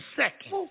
second